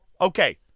Okay